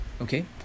Okay